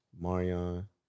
marion